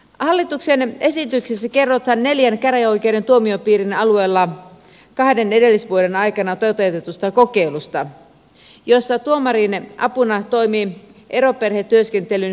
hallituksen esityksessä kerrotaan neljän käräjäoikeuden tuomiopiirin alueella kahden edellisvuoden aikana toteutetusta kokeilusta jossa tuomarin apuna toimi eroperhetyöskentelyyn perehtynyt psykologi